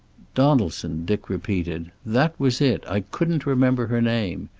donaldson, dick repeated. that was it. i couldn't remember her name.